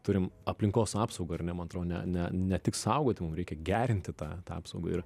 turim aplinkos apsaugą ar ne man atrodo ne ne ne tik saugoti mum reikia gerinti tą tą apsaugą ir